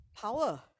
power